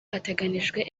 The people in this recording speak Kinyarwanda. hateganijwe